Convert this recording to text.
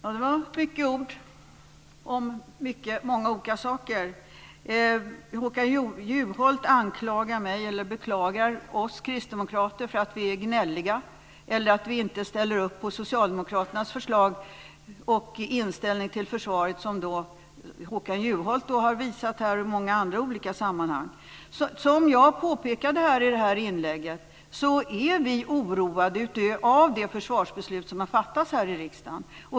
Herr talman! Det var många ord om många olika saker. Håkan Juholt anklagar oss kristdemokrater för att vara gnälliga eller för att vi inte ställer upp på socialdemokraternas förslag och den inställning till försvaret som Håkan Juholt har gett uttryck för här och i många andra olika sammanhang. Som jag påpekade i mitt anförande är vi oroade av det försvarsbeslut som har fattats här i riksdagen.